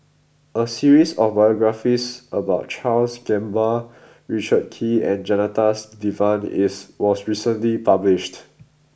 a series of biographies about Charles Gamba Richard Kee and Janadas Devan is was recently published